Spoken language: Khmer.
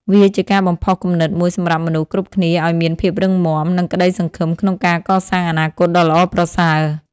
វាជាការបំផុសគំនិតមួយសម្រាប់មនុស្សគ្រប់គ្នាឲ្យមានភាពរឹងមាំ និងក្ដីសង្ឃឹមក្នុងការកសាងអនាគតដ៏ល្អប្រសើរ។